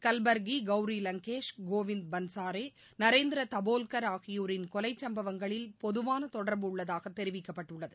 கல்பர்கி கௌரி லங்கேஷ் கோவிந்த் பன்சாரே நரேந்திர தபோல்கர் ஆகியோரின் கொலை சம்பவங்களில் பொதுவான தொடர்பு உள்ளதாக தெரிவிக்கப்பட்டுள்ளது